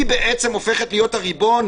היא בעצם הופכת להיות הריבון,